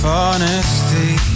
honesty